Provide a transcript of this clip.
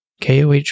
KOH